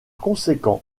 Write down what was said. conséquent